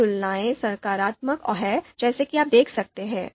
सभी तुलनाएं सकारात्मक हैं जैसा कि आप देख सकते हैं